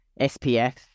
SPF